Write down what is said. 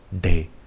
day